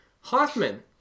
Hoffman